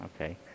Okay